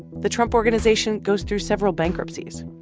the trump organization goes through several bankruptcies.